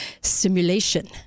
simulation